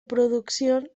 producción